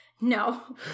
No